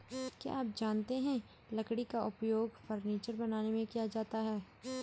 क्या आप जानते है लकड़ी का उपयोग फर्नीचर बनाने में किया जाता है?